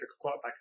quarterback